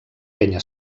penya